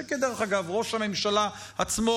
שכדרך אגב ראש הממשלה עצמו,